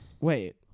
Wait